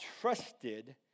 trusted